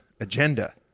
agenda